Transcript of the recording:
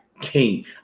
king